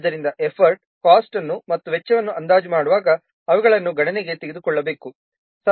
ಆದ್ದರಿಂದ effort cost ಅನ್ನು ಮತ್ತು ವೆಚ್ಚವನ್ನು ಅಂದಾಜು ಮಾಡುವಾಗ ಅವುಗಳನ್ನು ಗಣನೆಗೆ ತೆಗೆದುಕೊಳ್ಳಬೇಕು